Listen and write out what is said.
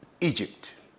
Egypt